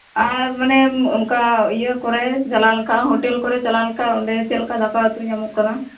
ᱟᱨ ᱢᱟᱱᱮ ᱚᱱᱠᱟ ᱤᱭᱟᱹ ᱠᱚᱨᱮ ᱪᱟᱞᱟᱣ ᱞᱮᱱᱠᱷᱟᱡ ᱦᱳᱴᱮᱞ ᱠᱚᱨᱮ ᱪᱟᱞᱟᱣ ᱞᱮᱱᱠᱷᱟᱡ ᱚᱸᱰᱮ ᱪᱮᱫ ᱞᱮᱠᱟ ᱫᱟᱠᱟ ᱩᱛᱩ ᱧᱟᱢᱚᱜ ᱠᱟᱱᱟ